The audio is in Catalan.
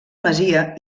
masia